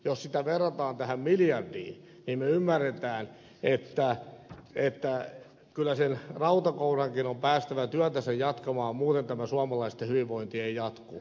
jos sitä verrataan tähän miljardiin niin me ymmärrämme että kyllä sen rautakourankin on päästävä työtänsä jatkamaan muuten tämä suomalaisten hyvinvointi ei jatku